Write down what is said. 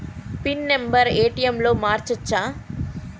Pin number ATM లో మార్చచ్చా?